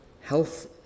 Health